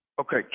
Okay